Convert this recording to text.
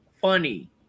funny